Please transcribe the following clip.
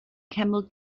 camel